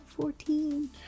Fourteen